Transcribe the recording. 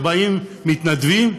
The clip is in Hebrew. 40 מתנדבים,